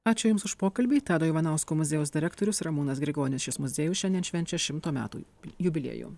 ačiū jums už pokalbį tado ivanausko muziejaus direktorius ramūnas grigonis šis muziejus šiandien švenčia šimto metų jubiliejų